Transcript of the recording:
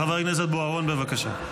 חבר הכנסת בוארון, בבקשה.